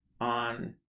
on